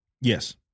Yes